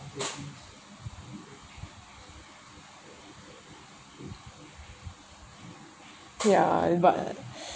ya but